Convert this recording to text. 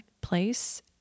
place